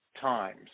times